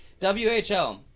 WHL